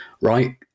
right